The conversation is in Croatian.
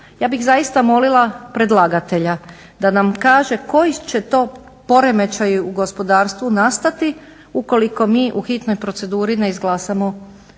Ja bih zaista molila predlagatelja da nam kaže koji će to poremećaji u gospodarstvu nastati ukoliko mi u hitnoj proceduri ne izglasamo